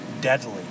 deadly